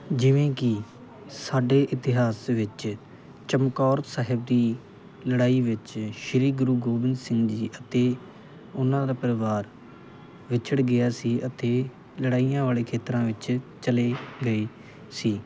ਜਿਵੇਂ ਕਿ ਸਾਡੇ ਇਤਿਹਾਸ ਵਿੱਚ ਚਮਕੌਰ ਸਾਹਿਬ ਦੀ ਲੜਾਈ ਵਿੱਚ ਸ਼੍ਰੀ ਗੁਰੂ ਗੋਬਿੰਦ ਸਿੰਘ ਜੀ ਅਤੇ ਉਹਨਾਂ ਦਾ ਪਰਿਵਾਰ ਵਿਛੜ ਗਿਆ ਸੀ ਅਤੇ ਲੜਾਈਆਂ ਵਾਲੇ ਖੇਤਰਾਂ ਵਿੱਚ ਚਲੇ ਗਏ ਸੀ